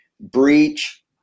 breach